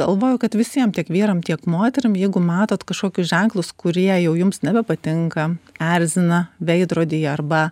galvoju kad visiem tiek vyram tiek moterim jeigu matot kažkokius ženklus kurie jau jums nebepatinka erzina veidrodyje arba